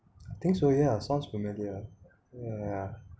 I think so yeah sounds familiar yeah